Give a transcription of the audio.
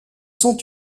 sont